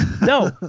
No